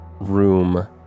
Room